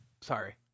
Sorry